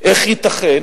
איך ייתכן